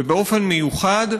ובאופן מיוחד,